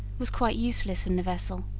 was quite useless in the vessel.